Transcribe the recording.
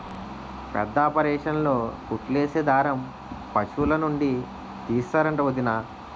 పెద్దాపరేసన్లో కుట్లేసే దారం పశులనుండి తీస్తరంట వొదినా